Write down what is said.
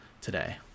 today